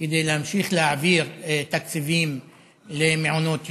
כדי להמשיך להעביר תקציבים למעונות יום.